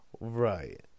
Right